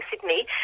Sydney